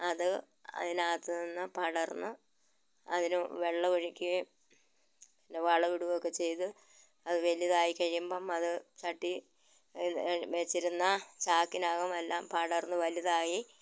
അത് അതിനകത്ത് നിന്ന് പടർന്ന് അതിന് വെള്ളമൊഴിക്കുകയും വളം ഇടുമൊക്കെ ചെയ്ത് അത് വലുതായി കഴിയുമ്പം അത് ചട്ടി വച്ചിരുന്ന ചാക്കിന് അകം എല്ലാം പടർന്ന് വലുതായി